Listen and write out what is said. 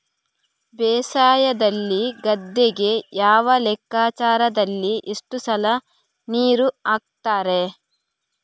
ಬೇಸಾಯದಲ್ಲಿ ಗದ್ದೆಗೆ ಯಾವ ಲೆಕ್ಕಾಚಾರದಲ್ಲಿ ಎಷ್ಟು ಸಲ ನೀರು ಹಾಕ್ತರೆ?